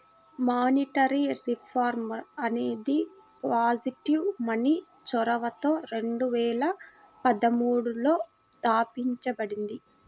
monetary reform అనేది positive money చొరవతో రెండు వేల పదమూడులో తాపించబడింది